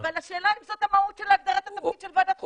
אבל השאלה היא אם זאת המהות של הגדרת התפקיד של ועדת החוץ והביטחון.